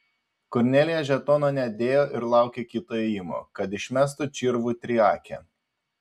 kornelija žetono nedėjo ir laukė kito ėjimo kad išmestų čirvų triakę